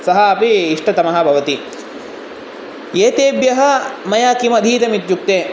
सः अपि इष्टतमः भवति एतेभ्यः मया किम् अधीतम् इत्युक्ते